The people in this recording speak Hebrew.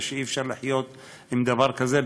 ואי-אפשר לחיות עם דבר כזה,